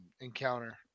encounter